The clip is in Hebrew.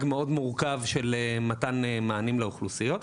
מאוד מורכב של מתן מענים לאוכלוסיות.